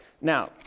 Now